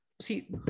see